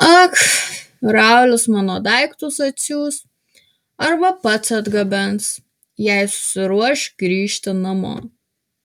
ak raulis mano daiktus atsiųs arba pats atgabens jei susiruoš grįžti namo